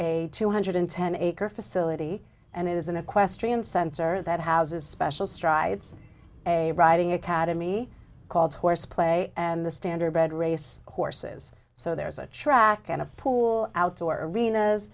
a two hundred ten acre facility and it is an equestrian center that has a special strides a riding academy called horse play and the standard bred race horses so there is a track and a pool outdoor arena